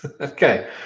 Okay